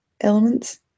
elements